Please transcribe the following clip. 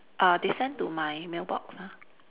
uh they send to my mailbox ah